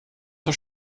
zur